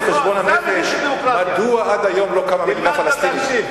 חשבון הנפש מדוע עד היום לא קמה מדינה פלסטינית.